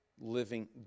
living